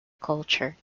culture